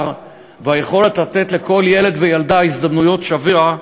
והיכולת לתת לכל ילד וילדה הזדמנות שווה,